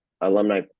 alumni